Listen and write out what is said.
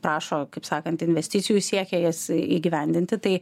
prašo kaip sakant investicijų siekia jas įgyvendinti tai